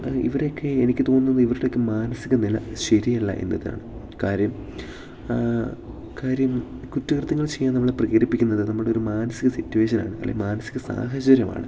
ഇവരൊക്കെ എനിക്ക് തോന്നുന്നത് ഇവരുടെയൊക്കെ മാനസിക നില ശരിയല്ല എന്നതാണ് കാര്യം കാര്യം കുറ്റകൃത്യങ്ങൾ ചെയ്യാൻ നമ്മളെ പ്രേരിപ്പിക്കുന്നത് നമ്മുടെ ഒരു മാനസിക സിറ്റുവേഷനാണ് അല്ലെങ്കിൽ മാനസിക സാഹചര്യമാണ്